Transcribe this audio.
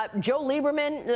um joe liner man,